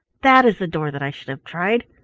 that is the door that i should have tried.